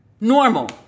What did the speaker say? normal